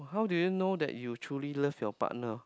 how do you know that you truely love your partner